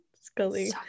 Scully